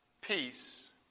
peace